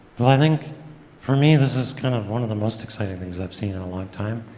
well, i think for me, this is kind of one of the most exciting things i've seen in a long time.